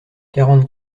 quarante